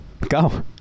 Go